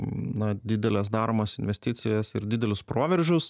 na dideles daromas investicijas ir didelius proveržius